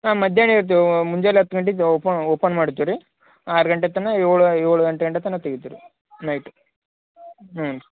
ಹಾಂ ಮಧ್ಯಾಹ್ನ ಇರ್ತೇವೆ ಮುಂಜಾನಿ ಹತ್ತು ಗಂಟೆಗ್ ಓಪ ಓಪನ್ ಮಾಡ್ತೀವಿ ರೀ ಆರು ಗಂಟೆ ತನಕ ಏಳು ಏಳು ಗಂಟೆ ಎಂಟ ತನಕ ತೆಗೆತೀವಿ ರೀ ನೈಟ್ ಹ್ಞೂ